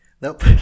Nope